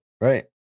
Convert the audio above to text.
Right